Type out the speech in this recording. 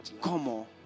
cómo